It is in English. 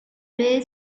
lay